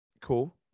Cool